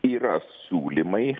yra siūlymai